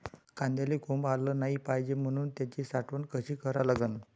कांद्याले कोंब आलं नाई पायजे म्हनून त्याची साठवन कशी करा लागन?